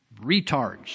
retards